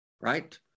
right